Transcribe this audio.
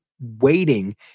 waiting